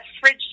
fridge